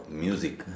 music